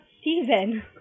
Steven